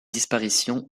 disparition